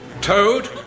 Toad